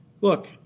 Look